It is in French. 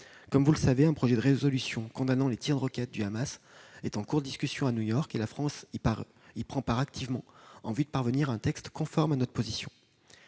Comme vous le savez, un projet de résolution condamnant les tirs de roquettes du Hamas est en cours de discussion à New York. La France prend une part active à son élaboration, en vue de parvenir à un texte conforme à notre position.